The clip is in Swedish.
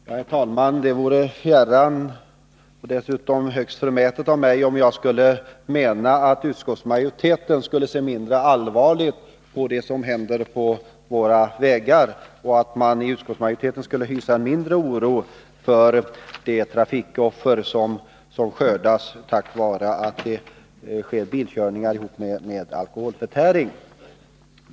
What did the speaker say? Herr talman! Det vore mig fjärran — och dessutom högst förmätet av mig — att mena att utskottsmajoriteten skulle se mindre allvarligt på det som händer på våra vägar och att utskottsmajoriteten skulle hysa mindre oro för de trafikoffer som skördas på grund av att det förekommer bilkörning i samband med alkoholförtäring.